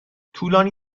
طولانی